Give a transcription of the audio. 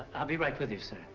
i'll be right with you, sir.